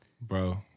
Bro